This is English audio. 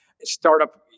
startup